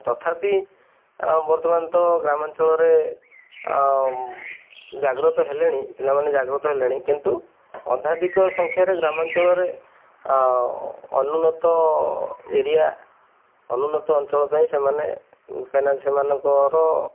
ତଥାପି ବର୍ତ୍ତମାନ ତ ଗ୍ରାମାଞ୍ଚଳରେ ଜାଗ୍ରତ ହେଲେଣି ପିଲାମାନେ ଜାଗ୍ରତ ହେଲେଣି କିନ୍ତୁ ଅଧ୍ୟାଧିକ ସଂଖ୍ୟାରେ ଗ୍ରାମାଞ୍ଚଳରେ ଅନୁନ୍ନତ ଏରିଆ ଅନୁନ୍ନତ ଅଞ୍ଚଳ ପାଇଁ ସେମାନେ କାଇଁ ନା ସେମାନଙ୍କର